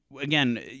Again